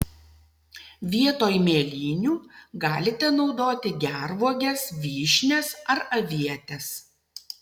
vietoj mėlynių galite naudoti gervuoges vyšnias ar avietes